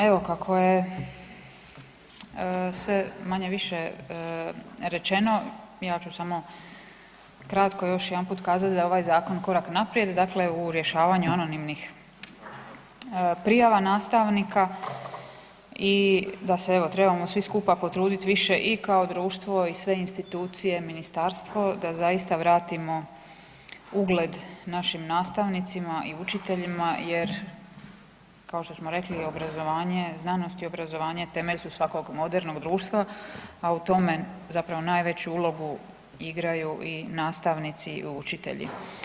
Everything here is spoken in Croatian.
Evo, kako je sve manje-više rečeno, ja ću samo kratko još jedanput kazati da je ovaj Zakon korak naprijed, dakle u rješavanju anonimnih prijava nastavnika i da se evo, trebamo svi skupa potruditi više i kao društvo i sve institucije, Ministarstvo, da zaista vratimo ugled našim nastavnicima i učiteljima, jer kao što smo rekli, obrazovanje, znanost i obrazovanje temelj su svakog modernog društva, a u tome zapravo najveću ulogu igraju i nastavnici i učitelji.